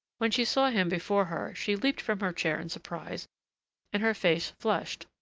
when she saw him before her, she leaped from her chair in surprise and her face flushed.